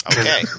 Okay